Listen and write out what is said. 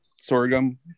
sorghum